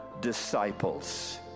disciples